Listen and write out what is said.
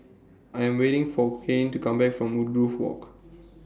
I Am waiting For Kane to Come Back from Woodgrove Walk